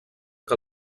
que